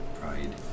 Pride